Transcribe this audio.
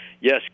yes